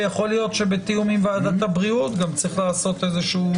ויכול להיות שבתיאום עם ועדת הבריאות צריך לעשות איזשהו